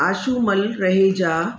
Ashumal Raheja